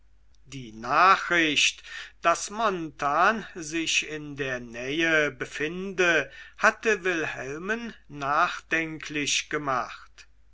die nachricht daß montan sich in der nähe befinde hatte wilhelmen nachdenklich gemacht